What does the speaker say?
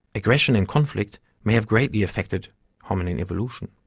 aggression and conflict may have greatly affected hominin evolution.